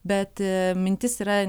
bet mintis yra